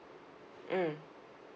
mm